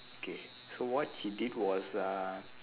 okay so what he did was uh